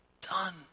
done